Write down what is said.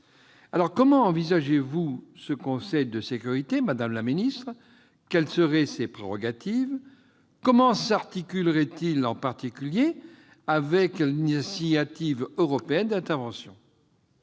Comment envisagez-vous ce Conseil de sécurité, madame la ministre ? Quelles seraient ses prérogatives ? Comment s'articulerait-il, en particulier, avec l'initiative européenne d'intervention ?